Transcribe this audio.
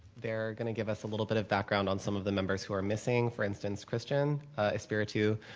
they are going to give us a little bit of background on some of the numbers who are missing. for instance kristian espiritu,